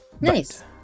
Nice